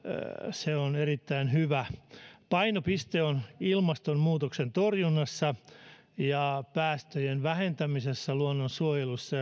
se on erittäin hyvä painopiste on ilmastonmuutoksen torjunnassa ja päästöjen vähentämisessä luonnonsuojelussa